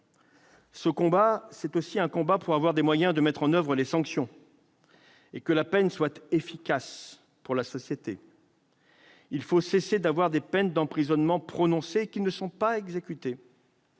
Ce combat, c'est aussi un combat pour avoir les moyens de mettre en oeuvre les sanctions, pour que la peine soit efficace. Il faut cesser d'avoir des peines d'emprisonnement prononcées qui ne sont pas exécutées.